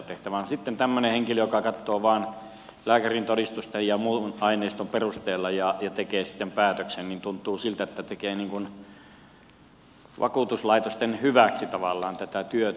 no sitten tuntuu siltä että tämmöinen henkilö joka katsoo vain lääkärintodistusten ja muun aineiston perusteella ja tekee sitten päätöksen tekee vakuutuslaitosten hyväksi tavallaan tätä työtä